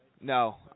No